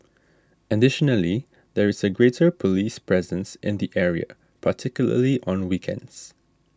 additionally there is a greater police presence in the area particularly on weekends